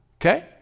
Okay